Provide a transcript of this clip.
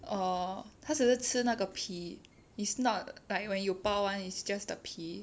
err 他只是吃那个皮 is not like when you 包 [one] is just the 皮